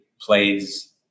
plays